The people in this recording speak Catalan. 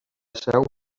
seu